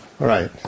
right